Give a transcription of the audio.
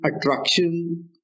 attraction